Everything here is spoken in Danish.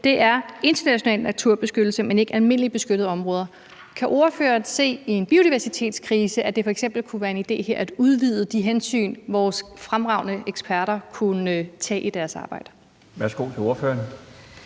med, er international naturbeskyttelse, men ikke almindeligt beskyttede områder. Kan ordføreren se i en biodiversitetskrise, at det f.eks. kunne være en idé her at udvide de hensyn, vores fremragende eksperter kunne tage i deres arbejde? Kl. 16:35 Den